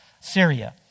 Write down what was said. Syria